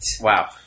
Wow